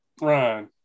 Ryan